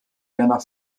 werner